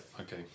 okay